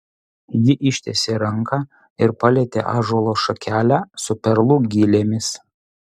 ji ištiesė ranką ir palietė ąžuolo šakelę su perlų gilėmis